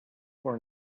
for